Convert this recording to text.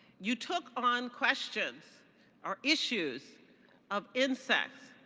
you took on questions or issues of incest,